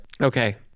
Okay